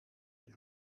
die